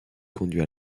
conduit